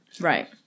Right